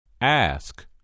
Ask